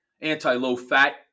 anti-low-fat